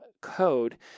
code